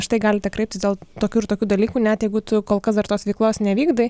štai galite kreiptis dėl tokių ir tokių dalykų net jeigu tu kol kas dar tos veiklos nevykdai